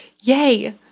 yay